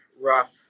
rough